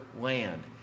land